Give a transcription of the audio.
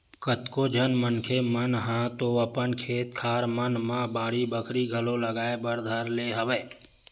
कतको झन मनखे मन ह तो अपन खेत खार मन म बाड़ी बखरी घलो लगाए बर धर ले हवय